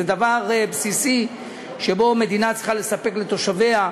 זה דבר בסיסי שמדינה צריכה לספק לתושביה,